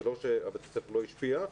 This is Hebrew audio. זה לא שבית הספר לא השפיע.